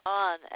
on